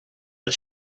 but